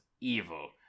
evil